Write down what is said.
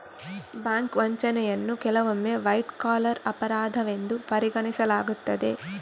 bank ವಂಚನೆಯನ್ನು ಕೆಲವೊಮ್ಮೆ white collar ಅಪರಾಧವೆಂದು ಪರಿಗಣಿಸಲಾಗುತ್ತದೆ